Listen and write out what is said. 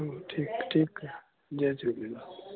चङो ठीकु ठीकु आहे जय झूलेलाल